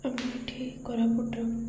ଆମ ଏଠି କୋରାପୁଟର